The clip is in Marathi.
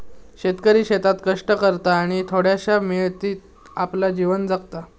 शेतकरी शेतात कष्ट करता आणि थोड्याशा मिळकतीत आपला जीवन जगता